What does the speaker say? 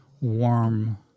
warm